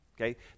okay